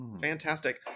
Fantastic